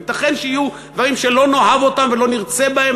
ייתכן שיהיו דברים שלא נאהב אותם ולא נרצה בהם,